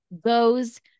goes